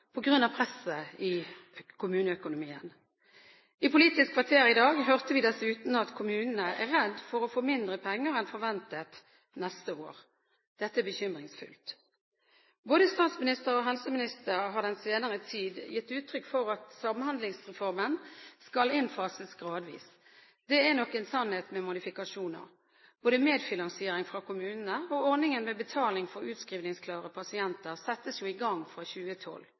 av presset i kommuneøkonomien. I Politisk kvarter i dag hørte vi dessuten at kommunene er redd for å få mindre penger enn forventet neste år. Dette er bekymringsfullt. Både statsministeren og helseministeren har den senere tid gitt uttrykk for at Samhandlingsreformen skal innfases gradvis. Det er nok en sannhet med modifikasjoner. Både medfinansiering fra kommunene og ordningen med betaling for utskrivningsklare pasienter settes i gang fra 2012.